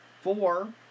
Four